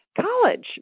college